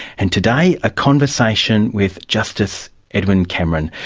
and today, a conversation with justice edwin cameron,